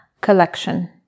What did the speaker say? collection